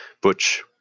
Butch